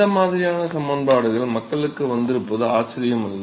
இந்த மாதிரியான சமன்பாடுகள் மக்களுக்கு வந்திருப்பது ஆச்சரியம் அல்ல